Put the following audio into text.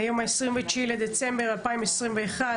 היום ה-29 בדצמבר 2021,